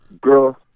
Girl